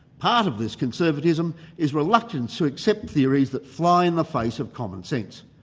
part of this conservatism is reluctance to accept theories that fly in the face of commonsense,